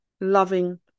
loving